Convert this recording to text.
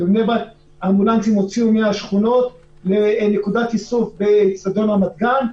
בבני ברק האמבולנסים הוציאו מהשכונות לנקודת איסוף באצטדיון רמת גן,